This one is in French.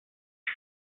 six